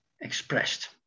expressed